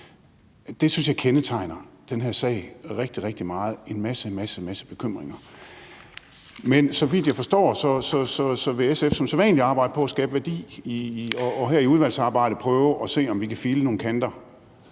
Det synes jeg kendetegner den her sag rigtig, rigtig meget, altså at der er en masse, masse bekymringer, men så vidt jeg forstår, vil SF som sædvanlig arbejde på at skabe værdi og her i udvalgsarbejdet prøve at se på, om vi kan file nogle kanter